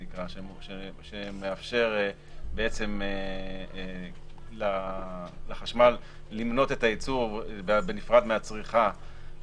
שמאפשר בעצם לחשמל למנות את הייצור בנפרד מהצריכה,